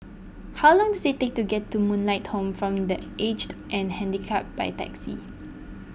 how long does it take to get to Moonlight Home form the Aged and Handicapped by taxi